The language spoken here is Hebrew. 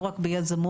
משרד האוצר.